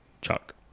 Chuck